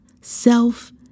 Self